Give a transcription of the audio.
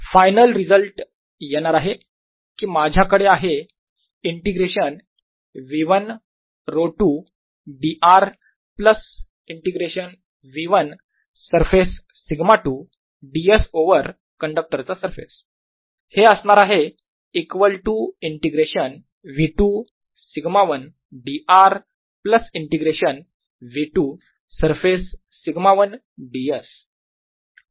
final result येणार आहे की माझ्याकडे आहे integration V1 ρ2 dr plus integration V1 surface σ2 ds over कंडक्टरचा सरफेस हे असणार आहे equal to integration V2 σ1 dr plus integration V2 surface σ1 ds